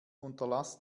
unterlass